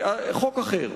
חוק אחר: